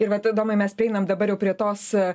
ir vat domai mes prieinam dabar jau prie tos a